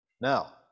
Now